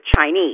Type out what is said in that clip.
Chinese